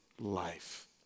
life